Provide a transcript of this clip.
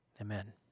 Amen